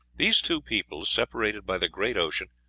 these two peoples, separated by the great ocean,